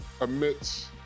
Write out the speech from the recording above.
amidst